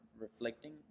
reflecting